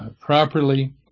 properly